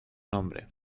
nombre